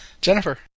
Jennifer